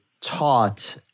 taught